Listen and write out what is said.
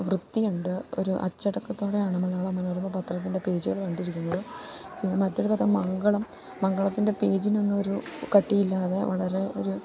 വൃത്തിയുണ്ട് ഒരു അച്ചടക്കത്തോടെയാണ് മലയാള മനോരമ പത്രത്തിൻ്റെ പേജുകൾ കണ്ടിരിക്കുന്നത് പിന്നെ മറ്റൊരു പത്രം മംഗളം മംഗളത്തിൻ്റെ പേജിനൊന്നും ഒരു കട്ടിയില്ലാതെ വളരെ ഒരു